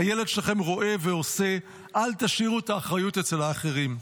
הילד שלכם רואה ועושה --- אל תשאירו את האחריות אצל האחרים".